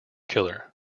killer